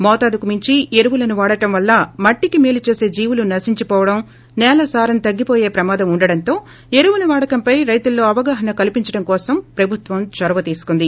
మోతాదుకు మించి ఎరువులను వాడటం వల్ల మట్టికి మేలు చేస్ జీవులు నశించి పోవడం నేల సారం తగ్గివోయే ప్రమాదం వుండడం తో ఎరువుల వాడకంపై రైతులలో అవగాహన కల్సించడం కోసం ప్రభుత్వం చొరవ తీసుకుంది